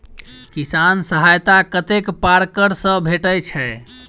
किसान सहायता कतेक पारकर सऽ भेटय छै?